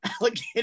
alligator